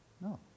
No